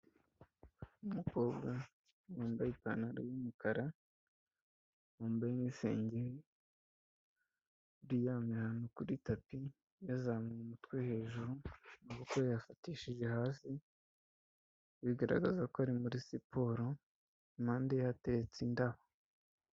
Umukobwa wambaye ipantaro y'umukara, wambaye n'isengeri, uryamye ahantu kuri tapi, yazamuye umutwe hejuru, amaboko yayafatishije hasi, bigaragaza ko ari muri siporo, impande ye hateretse indabo.